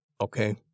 Okay